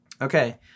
Okay